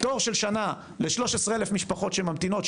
תור של שנה וכ-13,000 משפחות שממתינות,